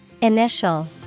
Initial